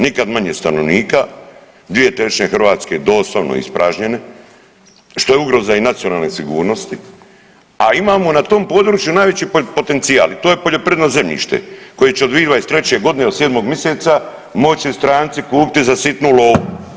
Nikad manje stanovnika, 2/3 Hrvatske doslovno ispražnjene što je ugroza i nacionalne sigurnosti, a imamo na tom području najveći potencijal i to je poljoprivredno zemljište koje će od 2023. godine od 7. miseca moći stranci kupiti za sitnu lovu.